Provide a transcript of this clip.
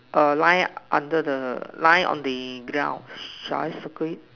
err lie under the lie on the ground shall I circle it